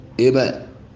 Amen